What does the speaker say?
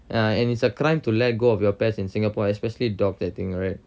ya and it's a crime to let go of your pets in singapore especially dogs I think right